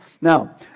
Now